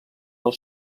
del